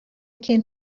can